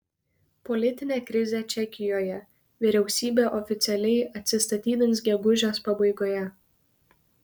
politinė krizė čekijoje vyriausybė oficialiai atsistatydins gegužės pabaigoje